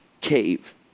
cave